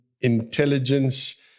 intelligence